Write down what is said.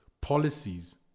policies